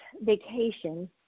vacation